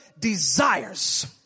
desires